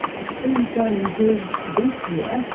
if things don't improve this year,